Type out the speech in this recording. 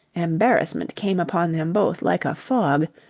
embarrassment came upon them both like a fog,